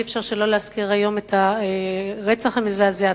אז אי-אפשר שלא להזכיר היום את הרצח המזעזע,